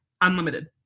unlimited